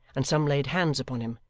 and some laid hands upon him,